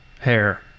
Hair